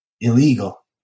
illegal